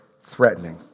threatening